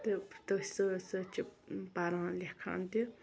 تہٕ تٔتھۍ سۭتۍ سۭتۍ چھِ پران لٮ۪کھان تہِ